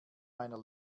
meiner